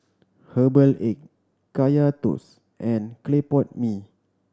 herbal egg Kaya Toast and clay pot mee